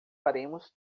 faremos